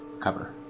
cover